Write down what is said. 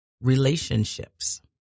relationships